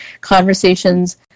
conversations